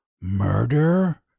Murder